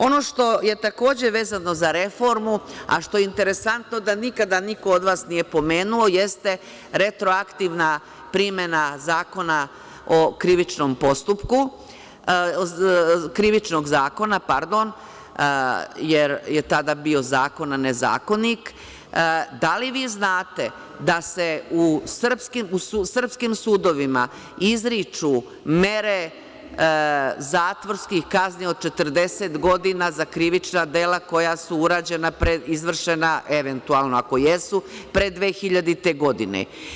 Ono što je takođe vezano za reformu, a što je interesantno da nikada niko od vas nije pomenuo, jeste retroaktivna primena Zakona o krivičnom postupku, Krivičnog zakona, pardon, jer je tada bio Zakon a ne Zakonik, da li vi znate da se u srpskim sudovima izriču mere zatvorskih kazni od 40 godina za krivična dela koja su izvršena, eventualno ako jesu pre 2000. godine.